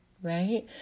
Right